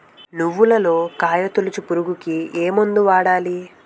నువ్వులలో కాయ తోలుచు పురుగుకి ఏ మందు వాడాలి?